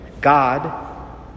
God